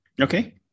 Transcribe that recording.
Okay